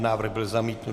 Návrh byl zamítnut.